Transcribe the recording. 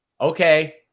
Okay